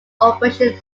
operation